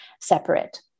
separate